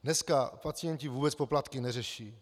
Dneska pacienti vůbec poplatky neřeší.